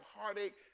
heartache